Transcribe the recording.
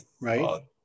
right